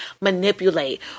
manipulate